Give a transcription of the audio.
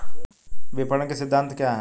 विपणन के सिद्धांत क्या हैं?